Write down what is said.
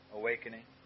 awakening